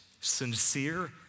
sincere